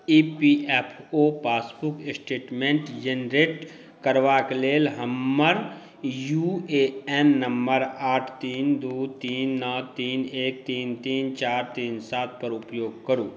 ई P F O passbook statement generate करबाक लेल हमर यू ए एन नम्बर आठ तीन दू तीन नओ तीन एक तीन तीन चारि तीन सातक उपयोग करू